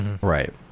Right